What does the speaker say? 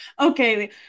Okay